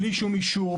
בלי שום אישור,